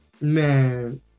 Man